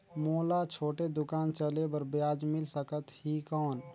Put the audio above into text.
मोला छोटे दुकान चले बर ब्याज मिल सकत ही कौन?